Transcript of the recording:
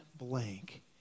blank